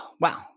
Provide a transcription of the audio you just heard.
wow